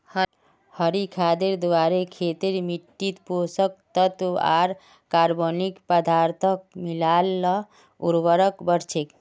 हरी खादेर द्वारे खेतेर मिट्टित पोषक तत्त्व आर कार्बनिक पदार्थक मिला ल उर्वरता बढ़ छेक